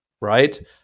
right